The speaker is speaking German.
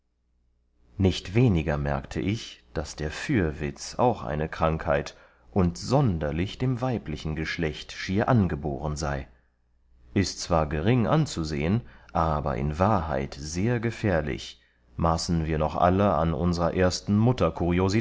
nicht weniger merkte ich daß der fürwitz auch eine krankheit und sonderlich dem weiblichen geschlecht schier angeboren sei ist zwar gering anzusehen aber in wahrheit sehr gefährlich maßen wir noch alle an unsrer ersten